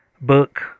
book